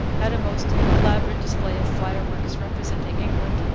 had a most elaborate display of fireworks representing england,